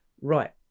Right